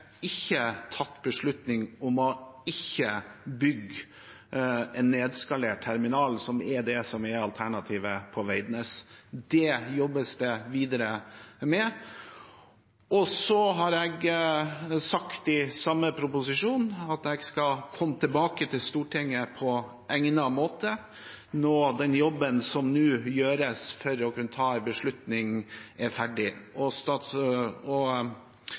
tatt noen beslutning om ikke å bygge en nedskalert terminal, som er alternativet på Veidnes. Det jobbes det videre med. Jeg har i den samme proposisjonen sagt at jeg skal komme tilbake til Stortinget på egnet måte når den jobben som nå gjøres for å kunne ta en beslutning, er ferdig.